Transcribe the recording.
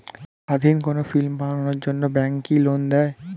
স্বাধীন কোনো ফিল্ম বানানোর জন্য ব্যাঙ্ক কি লোন দেয়?